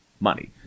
money